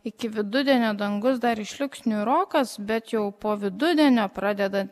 iki vidudienio dangus dar išliks niūrokas bet jau po vidurdienio pradedan